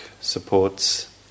supports